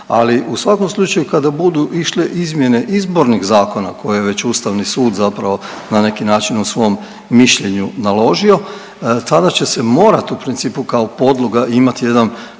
ali u svakom slučaju kada budu išle izmjene izbornih zakona koje je već ustavni sud zapravo na neki način u svom mišljenju naložio tada će se morat u principu kao podloga imati jedan